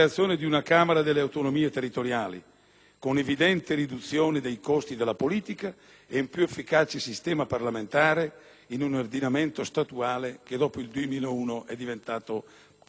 con evidente riduzione dei costi della politica ed un più efficace sistema parlamentare in un ordinamento statuale che dopo il 2001 è diventato, come diciamo noi, a regionalismo spinto.